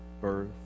birth